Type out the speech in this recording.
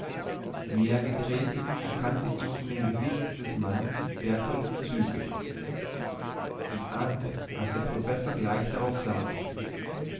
näher getreten erkannte ich in dem gesicht dieses mannes bertholds züge ich ahnte was mir der professor gleich darauf sagte